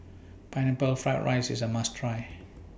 Pineapple Fried Rice IS A must Try